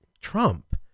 trump